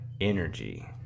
energy